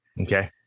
Okay